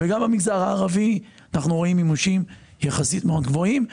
גם במגזר הערבי אנחנו רואים מימושים יחסית מאוד גבוהים.